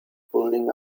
pulling